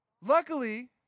Luckily